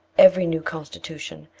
every new constitution,